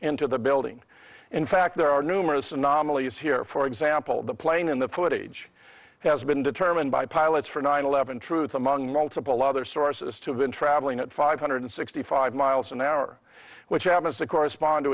into the building in fact there are numerous anomalies here for example the plane in the footage has been determined by pilots for nine eleven truth among multiple other sources to have been traveling at five hundred sixty five miles an hour which happens to correspond to